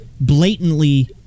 blatantly